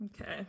okay